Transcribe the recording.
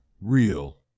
real